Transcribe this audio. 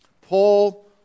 Paul